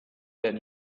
that